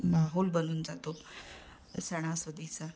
माहोल बनून जातो सणासुदीचा